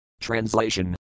Translation